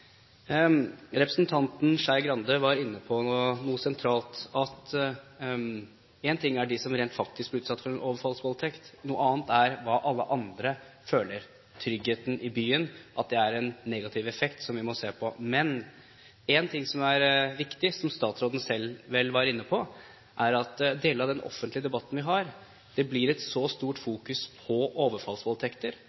Representanten Skei Grande var inne på noe sentralt: Én ting er de som rent faktisk blir utsatt for en overfallsvoldtekt, noe annet er hva alle andre føler, tryggheten i byen, at det er en negativ effekt som vi må se på. Men: En ting som er viktig, som statsråden selv var inne på, er at i deler av den offentlige debatten vi har, blir det et så stort